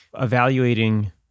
evaluating